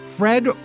Fred